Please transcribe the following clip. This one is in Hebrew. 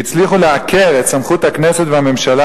והצליחו לעקר את סמכות הכנסת והממשלה